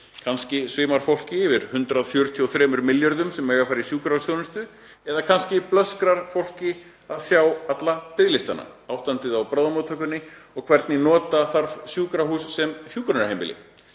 Kannski svimar fólk yfir 143 milljörðum sem eiga að fara í sjúkrahúsþjónustu eða kannski blöskrar fólki að sjá alla biðlistana, ástandið á bráðamóttökunni og hvernig nota þarf sjúkrahús sem hjúkrunarheimili.